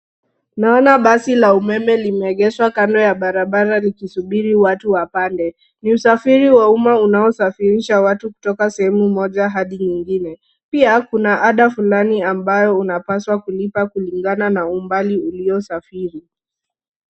Tunaona basi la umeme limeegeshwa kando ya barabara likisubiri watu wapande. Ni usafiri wa umma unaosafirisha watu kutoka sehemu moja hadi nyingine. Pia kuna ada fulani ambayo unapaswa kulipa kulingana na umbali uliosafiri.